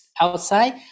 outside